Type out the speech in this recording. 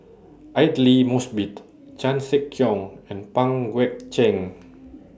Aidli Mosbit Chan Sek Keong and Pang Guek Cheng